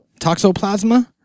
Toxoplasma